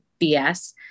BS